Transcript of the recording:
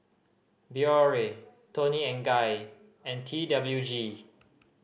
Biore Toni and Guy and T W G